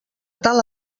tal